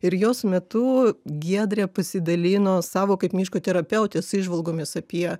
ir jos metu giedrė pasidalino savo kaip miško terapeutės įžvalgomis apie